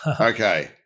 okay